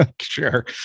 Sure